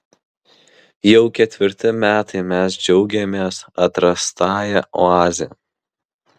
jau ketvirti metai mes džiaugiamės atrastąja oaze